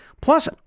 Plus